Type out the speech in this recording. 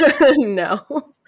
No